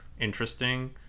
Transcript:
interesting